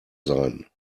seien